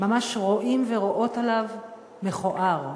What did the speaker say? ממש רואים ורואות עליו: מכוער.